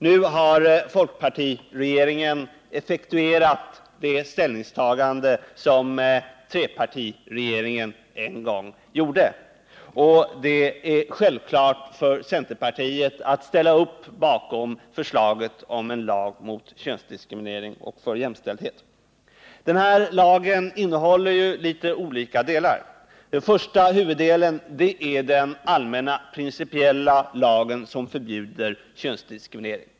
Nu har folkpartiregeringen effektuerat det ställningstagande som trepartiregeringen en gång gjorde, och det är självklart för centerpartiet att ställa upp bakom förslaget om en lag mot könsdiskriminering och för jämställdhet. Den här lagen innehåller litet olika delar. Den första huvuddelen är den allmänna principiella lagen, som förbjuder könsdiskriminering.